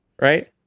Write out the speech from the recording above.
right